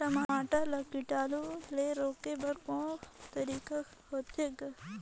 टमाटर ला कीटाणु ले रोके बर को तरीका होथे ग?